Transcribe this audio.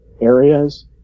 areas